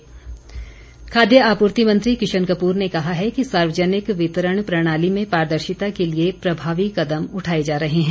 PDS खाद्य आपूर्ति मंत्री किशन कपूर ने कहा है कि सार्वजनिक वितरण प्रणाली में पारदर्शिता के लिए प्रभावी कदम उठाए जा रहे हैं